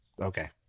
Okay